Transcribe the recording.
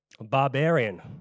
Barbarian